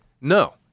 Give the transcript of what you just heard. no